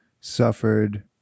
suffered